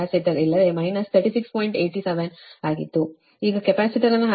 87 ಆಗಿತ್ತು ಈಗ ಕೆಪಾಸಿಟರ್ ಅನ್ನು ಹಾಕಿದಾಗ ಅದು ಮೈನಸ್ 22